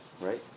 Right